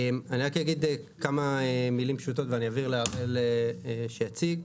אני רק אגיד כמה מילים פשוטות ואני אעביר למי שיציג.